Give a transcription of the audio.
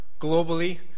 globally